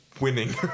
winning